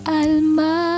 alma